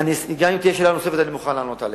גם אם תהיה שאלה נוספת, אני מוכן לענות עליה.